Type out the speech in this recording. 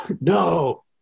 no